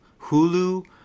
Hulu